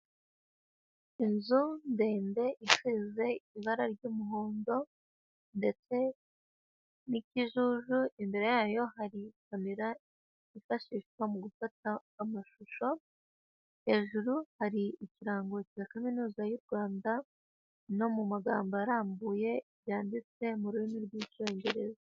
Inzu ndende isize ibara ry'umuhondo, ndetse n'ikijuju, imbere yayo hari kamera yifashishwa mu gufata amashusho, hejuru hari ikirango cya kaminuza y'u Rwanda, no mu magambo arambuye byanditse mu rurimi rw'icyongereza.